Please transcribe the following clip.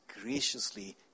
graciously